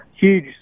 huge